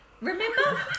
Remember